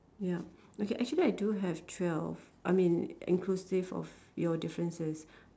ya okay actually I do have twelve I mean inclusive of your differences